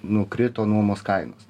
nukrito nuomos kainos